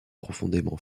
profondément